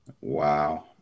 Wow